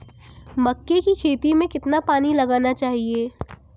मक्के की खेती में कितना पानी लगाना चाहिए?